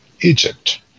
Egypt